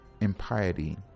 impiety